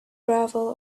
gravel